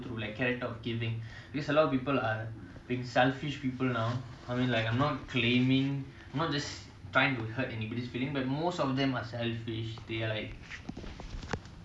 I'm some some person like that and let's say if I'm doing charity and I'm doing stuff for other people and my partner in life is like eh why are you not saving money for our future why are you not spending money to buy a car why are you not